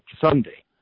Sunday